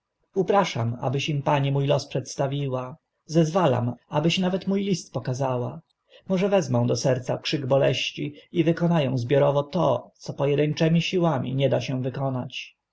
upraszam zwierciadlana zagadka abyś im pani mó los przedstawiła zezwalam abyś nawet mó list pokazała może wezmą do serca krzyk boleści i wykona ą zbiorowo to co po edynczymi siłami nie da się wykonać